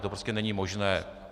To prostě není možné.